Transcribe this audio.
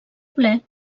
ple